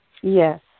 Yes